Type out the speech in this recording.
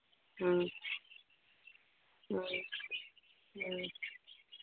ꯎꯝ ꯎꯝ ꯎꯝ